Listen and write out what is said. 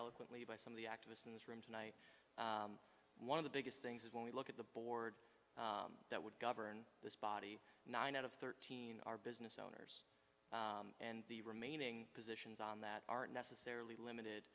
eloquently by some of the activists in this room tonight one of the biggest things is when we look at the board that would govern this body nine out of thirteen our business and the remaining positions on that aren't necessarily limited